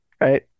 Right